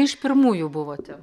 iš pirmųjų buvote